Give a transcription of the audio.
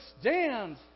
stand